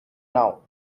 now